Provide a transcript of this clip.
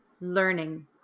learning